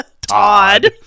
Todd